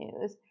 news